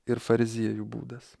ir fariziejų būdas